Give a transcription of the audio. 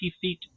feet